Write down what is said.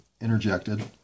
interjected